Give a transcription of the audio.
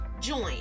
join